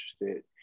interested